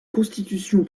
constitution